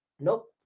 nope